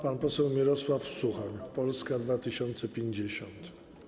Pan poseł Mirosław Suchoń, Polska 2050.